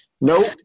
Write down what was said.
Nope